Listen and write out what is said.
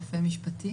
רופא משפטי.